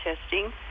testing